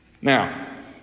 Now